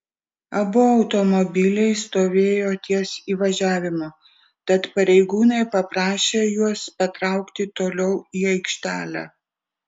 abu automobiliai stovėjo ties įvažiavimu tad pareigūnai paprašė juos patraukti toliau į aikštelę